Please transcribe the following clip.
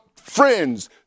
friends